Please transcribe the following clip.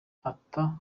ata